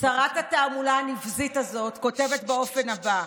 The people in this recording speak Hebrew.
שרה התעמולה הנבזית הזאת כותבת באופן הבא: